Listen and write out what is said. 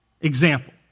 Example